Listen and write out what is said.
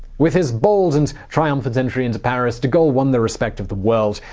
with his bold and triumphant entry into paris, de gaulle won the respect of the world.